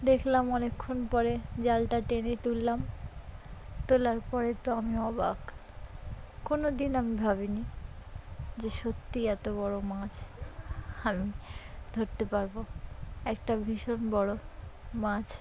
দেখলাম অনেকক্ষণ পরে জালটা টেনে তুললাম তোলার পরে তো আমি অবাক কোনো দিন আমি ভাবিনি যে সত্যিই এতো বড়ো মাছ আমি ধরতে পারবো একটা ভীষণ বড়ো মাছ